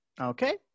Okay